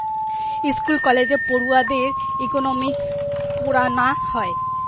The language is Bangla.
স্কুল কলেজে পড়ুয়াদের ইকোনোমিক্স পোড়ানা হয়